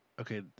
Okay